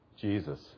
Jesus